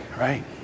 right